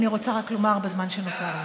אני רוצה רק לומר בזמן שנותר לי,